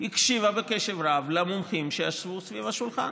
הקשיבה בקשב רב למומחים שישבו סביב השולחן.